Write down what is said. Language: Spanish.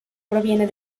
proviene